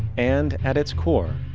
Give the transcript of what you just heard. and at its core,